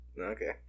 Okay